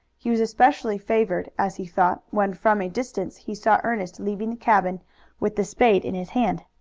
he was especially favored, as he thought, when from a distance he saw ernest leaving the cabin with the spade in his hand.